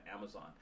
Amazon